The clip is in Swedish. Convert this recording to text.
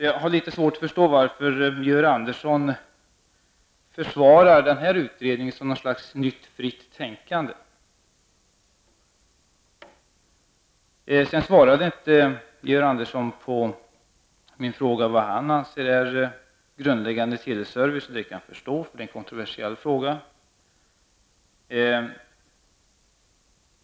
Jag har litet svårt att förstå varför Georg Andersson försvarar den här utredningen som något slags nytt fritt tänkande. Georg Andersson svarade inte på min fråga vad han anser om grundläggande teleservice, och det kan jag förstå, eftersom det är en kontroversiell fråga.